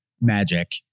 magic